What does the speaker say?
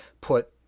put